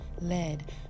Led